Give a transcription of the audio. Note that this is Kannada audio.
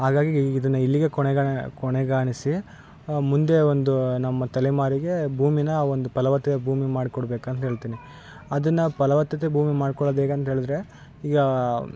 ಹಾಗಾಗಿ ಈಗ ಇದನ್ನ ಇಲ್ಲಿಗೆ ಕೊನೆಗಣೆ ಕೊನೆಗಾಣಿಸಿ ಮುಂದೆ ಒಂದು ನಮ್ಮ ತಲೆಮಾರಿಗೆ ಭೂಮಿನ ಒಂದು ಫಲವತ್ತೆ ಭೂಮಿ ಮಾಡ್ಕೊಡ್ಬೇಕಂತ ಹೇಳ್ತಿನಿ ಅದನ್ನು ಫಲವತ್ತತೆ ಭೂಮಿ ಮಾಡ್ಕೊಳೋದು ಹೇಗೆ ಅಂತೇಳಿದ್ರೆ ಈಗ